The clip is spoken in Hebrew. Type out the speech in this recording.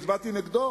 והצבעתי נגדו,